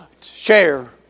share